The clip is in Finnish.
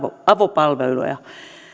avopalveluja